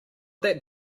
that